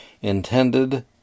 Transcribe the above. intended